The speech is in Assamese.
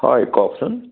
হয় কওকচোন